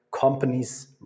companies